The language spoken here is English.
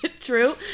True